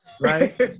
Right